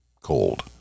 cold